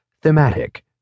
thematic